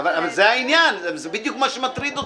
זה העניין, זה בדיוק מה שמטריד אותי,